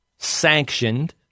sanctioned